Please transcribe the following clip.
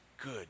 good